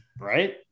Right